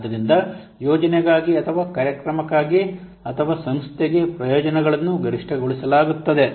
ಆದ್ದರಿಂದ ಯೋಜನೆಗಾಗಿ ಅಥವಾ ಕಾರ್ಯಕ್ರಮಕ್ಕಾಗಿ ಅಥವಾ ಸಂಸ್ಥೆಗೆ ಪ್ರಯೋಜನಗಳನ್ನು ಗರಿಷ್ಠಗೊಳಿಸಲಾಗುತ್ತದೆ